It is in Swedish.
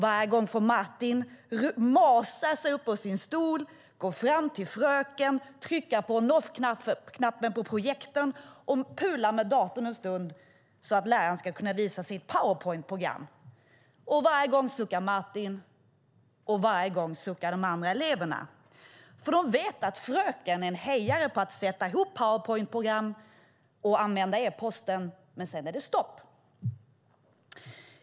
Varje gång får Martin masa sig upp ur sin stol, gå fram till fröken, trycka på on/off-knappen på projektorn och pula med datorn en stund så att läraren ska kunna visa sin Power Point-presentation. Varje gång suckar Martin, och varje gång suckar de andra eleverna, för de vet att fröken är en hejare på att sätta ihop Power Point-presentationer och använda e-posten, men sedan är det stopp.